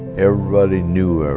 everybody knew